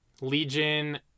Legion